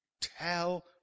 Tell